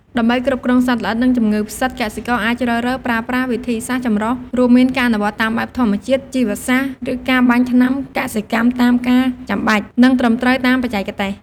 ដើម្បីគ្រប់គ្រងសត្វល្អិត និងជំងឺផ្សិត កសិករអាចជ្រើសរើសប្រើប្រាស់វិធីសាស្រ្តចម្រុះ រួមមានការអនុវត្តតាមបែបធម្មជាតិ ជីវសាស្រ្ត ឬការបាញ់ថ្នាំកសិកម្មតាមការចាំបាច់ និងត្រឹមត្រូវតាមបច្ចេកទេស។